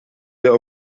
der